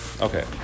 Okay